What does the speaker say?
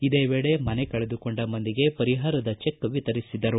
ಇದೇ ವೇಳೆ ಮನೆ ಕಳೆದುಕೊಂಡ ಮಂದಿಗೆ ಪರಿಹಾರದ ಚೆಕ್ ವಿತರಿಸಿದರು